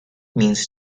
means